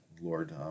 Lord